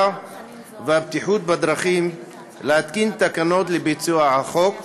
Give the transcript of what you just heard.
והבטיחות בדרכים להתקין תקנות לביצוע החוק,